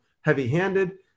heavy-handed